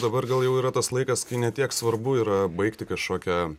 dabar gal jau yra tas laikas kai ne tiek svarbu yra baigti kažkokią